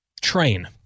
train